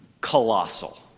colossal